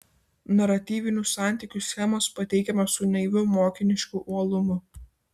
naratyvinių santykių schemos pateikiamos su naiviu mokinišku uolumu